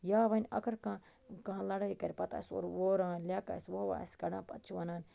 یا ونہِ اگر کانٛہہ کانٛہہ لڑٲے کَرِ پتہٕ آسہِ سُہ اورٕ وُران لٮ۪کہِ آسہِ وُہوٕ آسہِ کڑان پتہٕ چھِ وَنان